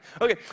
okay